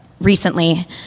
recently